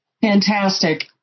fantastic